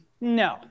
no